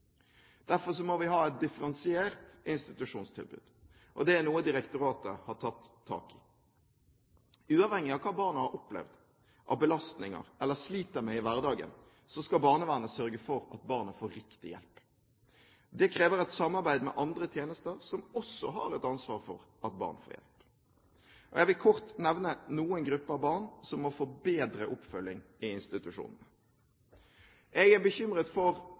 må vi ha et differensiert institusjonstilbud. Det er noe direktoratet har tatt tak i. Uavhengig av hva barnet har opplevd av belastninger eller sliter med i hverdagen, skal barnevernet sørge for at barnet får riktig hjelp. Det krever et samarbeid med andre tjenester som også har et ansvar for at barn får hjelp. Jeg vil kort nevne noen grupper barn som må få bedre oppfølging i institusjonene. Jeg er bekymret for